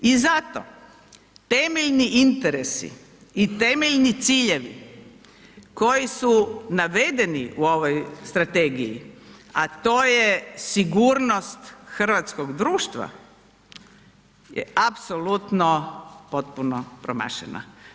I zato temeljni interesi i temeljni ciljevi koji su navedeni u ovoj strategiji, a to je sigurnost hrvatskog društva je apsolutno potpuno promašena.